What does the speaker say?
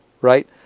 right